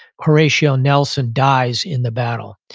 horatio nelson dies in the battle.